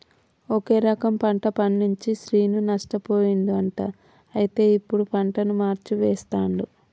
ఒకే రకం పంట పండించి శ్రీను నష్టపోయిండు అంట అయితే ఇప్పుడు పంటను మార్చి వేస్తండు